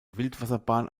wildwasserbahn